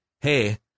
hey